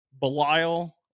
Belial